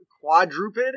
quadruped